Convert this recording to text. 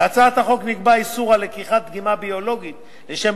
בהצעת החוק נקבע איסור לקיחת דגימה ביולוגית לשם